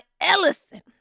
Ellison